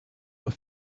were